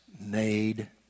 made